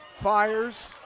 fires,